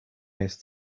his